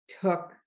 took